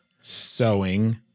sewing